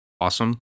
Awesome